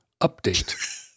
update